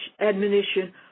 admonition